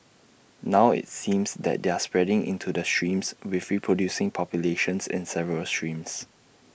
now IT seems that they're spreading into the streams with reproducing populations in several streams